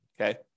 Okay